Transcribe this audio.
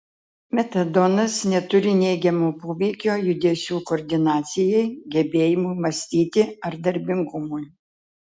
metadonas neturi neigiamo poveikio judesių koordinacijai gebėjimui mąstyti ar darbingumui